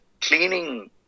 cleaning